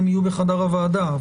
הם יהיו בחדר הוועדה,